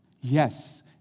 Yes